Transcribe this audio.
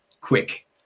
quick